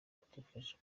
kudufasha